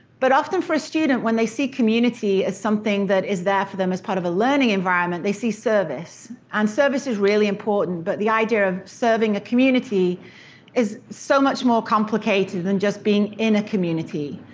but often, for a student, when they see community as something that is there for them as part of a learning environment, they see service. and service is really important, but the idea of serving a community is so much more complicated than just being in a community.